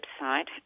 website